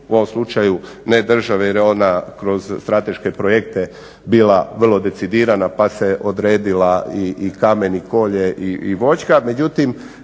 u ovom slučaju ne države jer je ona kroz strateške projekte bila vrlo decidirana pa se odredila i kamen i …/Govornik